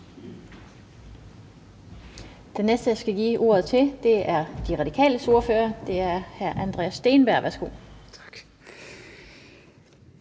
Den næste, jeg skal give ordet til, er De Radikales ordfører, hr. Andreas Steenberg.